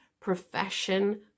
profession